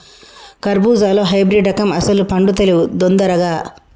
కర్బుజాలో హైబ్రిడ్ రకం అస్సలు పండుతలేవు దొందరగా